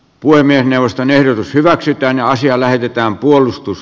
puhemiesneuvoston ehdotus hyväksytään naisia lähetetään puolustus